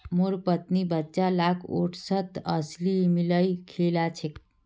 मोर पत्नी बच्चा लाक ओट्सत अलसी मिलइ खिला छेक